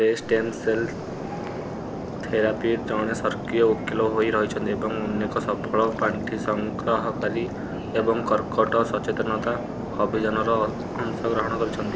ରେ stem cell therapy ଜଣେ ସକ୍ରିୟ ଓକିଲ ହେଇ ରହିଛନ୍ତି ଏବଂ ଅନେକ ସଫଳ ପାଣ୍ଠି ସଂଗ୍ରହ କାରୀ ଏବଂ କର୍କଟ ସଚେତନତା ଅଭିଯାନରେ ଅଂଶଗ୍ରହଣ କରିଛନ୍ତି